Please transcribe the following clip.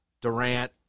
Durant